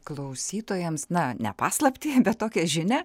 klausytojams na ne paslaptį bet tokią žinią